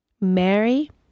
Mary